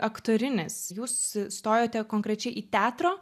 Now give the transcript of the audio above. aktorinis jūs stojote konkrečiai į teatro